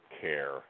care